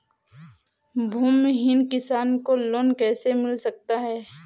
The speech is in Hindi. भूमिहीन किसान को लोन कैसे मिल सकता है?